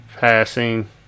Passing